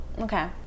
Okay